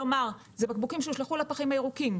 כלומר זה בקבוקים שהושלכו לפחים הירוקים.